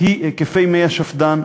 היא היקפי מי השפד"ן,